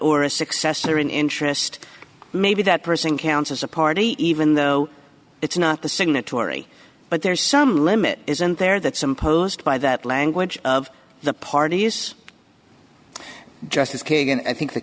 or a successor in interest maybe that person counts as a party even though it's not the signatory but there's some limit isn't there that some posed by that language of the parties justice kagan i think the